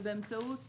שבאמצעות